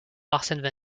arsène